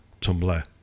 Tumblr